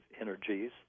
energies